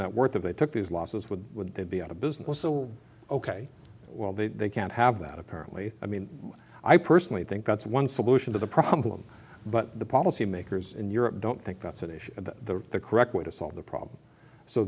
net worth of they took these losses would they be out of business oh ok well they can't have that apparently i mean i personally think that's one solution to the problem but the policymakers in europe don't think that's an issue at the correct way to solve the problem so